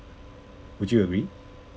would you agree